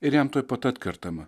ir jam tuoj pat atkertama